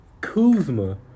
Kuzma